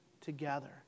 together